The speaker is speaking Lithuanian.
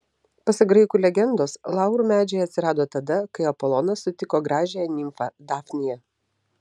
pasak graikų legendos laurų medžiai atsirado tada kai apolonas sutiko gražiąją nimfą dafniją